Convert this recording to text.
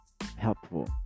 helpful